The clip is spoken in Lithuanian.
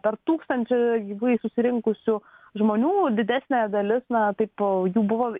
tarp tūkstančio gyvai susirinkusių žmonių didesnė dalis na taip jų buvo